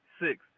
six